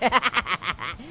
i